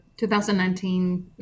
2019